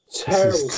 terrible